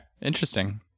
Interesting